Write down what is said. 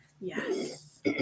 Yes